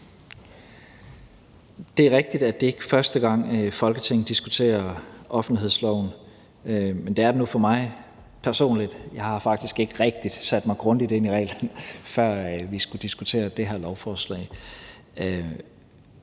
Det er rigtigt, at det ikke er første gang, Folketinget diskuterer offentlighedsloven, men det er det nu for mig personligt. Jeg har faktisk ikke rigtig sat mig grundigt ind i reglerne, før vi skulle diskutere det her lovforslag.